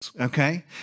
Okay